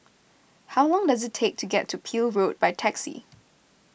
how long does it take to get to Peel Road by taxi